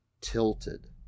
tilted